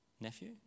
nephew